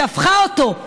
שהפכה אותו,